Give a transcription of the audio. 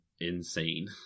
insane